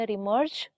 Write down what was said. emerge